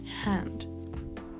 hand